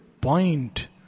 point